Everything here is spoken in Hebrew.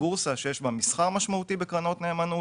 בורסה שיש בה מסחר משמעותי בקרנות נאמנות.